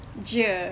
jer